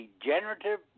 degenerative